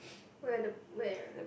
where the where